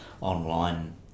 online